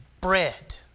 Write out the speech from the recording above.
bread